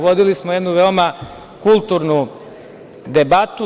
Vodili smo jednu veoma kulturnu debatu.